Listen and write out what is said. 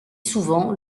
souvent